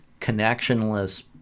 connectionless